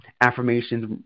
affirmations